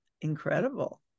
incredible